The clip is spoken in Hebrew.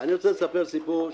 אני רוצה לספר סיפור,